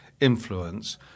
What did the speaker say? influence